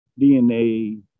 DNA